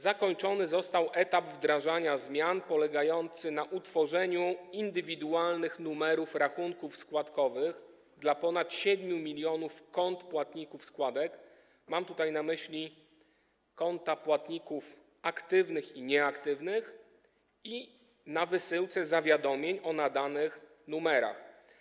Zakończony został etap wdrażania zmian polegający na utworzeniu indywidualnych numerów rachunków składkowych dla ponad 7 mln kont płatników składek - mam tutaj na myśli konta płatników aktywnych i nieaktywnych - i na wysyłce zawiadomień o nadanych numerach.